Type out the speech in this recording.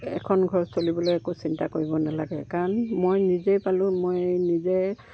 এখন ঘৰ চলিবলৈ একো চিন্তা কৰিব নালাগে কাৰণ মই নিজেই পালোঁ মই নিজে